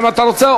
אם אתה רוצה,